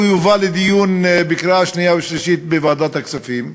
יובא לדיון בקריאה השנייה והשלישית בוועדת הכספים,